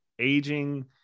aging